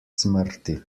smrti